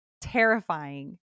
terrifying